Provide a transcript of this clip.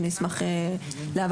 אני אשמח להבהרה.